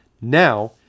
Now